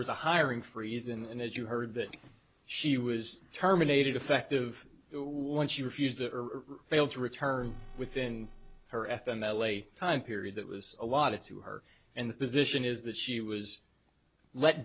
was a hiring freeze and as you heard that she was terminated effective once she refused failed to return within her f m l a time period that was a lot of to her and the position is that she was let